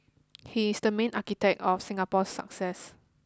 he is the main architect of Singapore's success